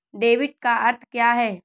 Debit का अर्थ क्या है?